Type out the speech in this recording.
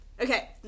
Okay